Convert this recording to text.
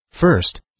first